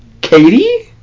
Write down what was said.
Katie